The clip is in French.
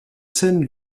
seine